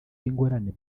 n’ingorane